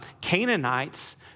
Canaanites